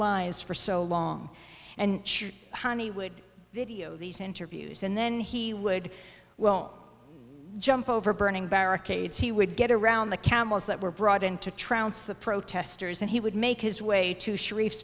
lies for so long and how many would video these interviews and then he would well jump over burning barricades he would get around the camels that were brought in to trounce the protesters and he would make his way to sharif